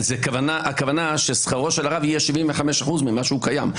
הכוונה ששכרו של הרב יהיה 75% מהקיים?